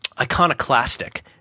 iconoclastic